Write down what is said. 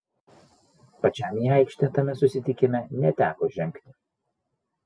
pačiam į aikštę tame susitikime neteko žengti